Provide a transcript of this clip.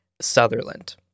Sutherland